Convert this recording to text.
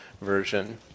Version